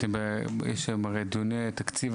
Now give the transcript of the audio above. יש היום הרי דיוני תקציב,